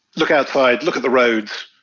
look outside. look at the roads.